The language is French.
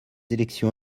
élections